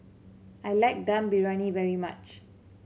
I like Dum Briyani very much